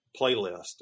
playlist